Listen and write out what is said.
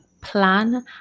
plan